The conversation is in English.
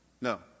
No